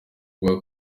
bwa